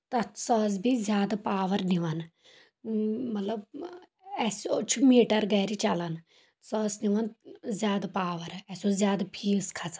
تتھ سۄ ٲس بییٚہِ زیادٕ پاور نِوان اۭ مطلب اسہِ چھُ میٹر گرٕ چلان سۄ ٲس نوان زیادٕ پاور اسہِ اوس زیادٕ فیس کھسان